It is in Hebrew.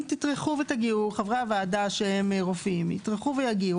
אם חברי הוועדה שהם רופאים יטרחו ויגיעו,